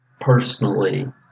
personally